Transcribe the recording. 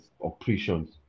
operations